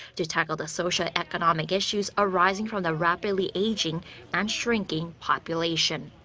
to tackle the socioeconomic issues arising from the rapidly aging and shrinking population.